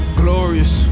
glorious